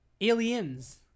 aliens